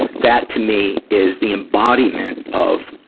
that to me is the embodiment of,